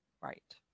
Right